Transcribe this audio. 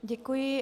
Děkuji.